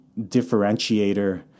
differentiator